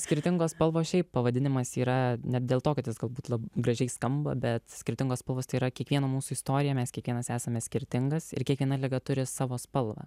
skirtingos spalvos šiaip pavadinimas yra ne dėl to kad jis galbūt labai gražiai skamba bet skirtingos spalvos tai yra kiekvieno mūsų istorija mes kiekvienas esame skirtingas ir kiekviena liga turi savo spalvą